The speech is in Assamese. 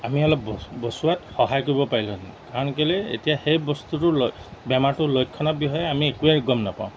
আমি অলপ ব বচোৱাত সহায় কৰিব পাৰিলোহেঁতেন কাৰণ কেলে এতিয়া সেই বস্তুটোৰ বেমাৰটোৰ লক্ষণৰ বিষয়ে আমি একোৱে গম নাপাওঁ